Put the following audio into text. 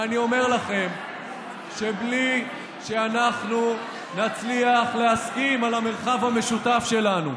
ואני אומר לכם שבלי שאנחנו נצליח להסכים על המרחב המשותף שלנו,